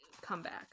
comeback